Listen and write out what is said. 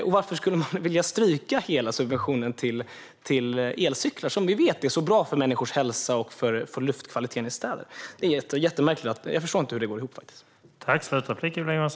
Och varför skulle man vilja stryka hela subventionen till elcyklar, som vi vet är så bra för människors hälsa och för luftkvaliteten i städer? Det är jättemärkligt. Jag förstår faktiskt inte hur detta går ihop.